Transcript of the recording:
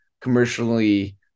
commercially